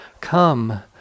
Come